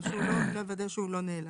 לוודא שהוא לא נעלם.